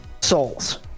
souls